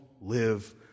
live